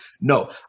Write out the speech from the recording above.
No